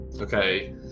Okay